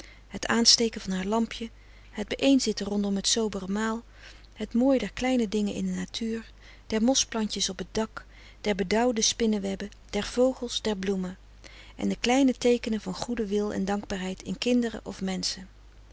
het aansteken van haar lampje het bijeen zitten rondom het sobere maal het mooi der kleine dingen in de natuur der mosplantjes op t dak der bedauwde spinne webben der vogels der bloemen en de kleine teekenen van goeden wil en dankbaarheid in kinderen of menschen